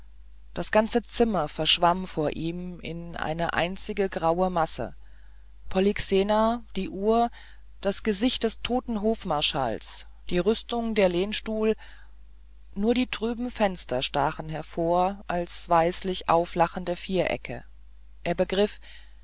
das ganze zimmer verschwamm vor ihm in eine einzige graue masse polyxena die uhr das gesicht des toten hofmarschalls die rüstung der lehnstuhl nur die trüben fenster stachen hervor als weißlich auflachende vierecke er begriff